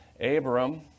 Abram